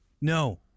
No